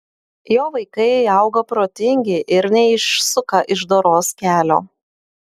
jo vaikai auga protingi ir neišsuka iš doros kelio